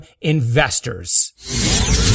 investors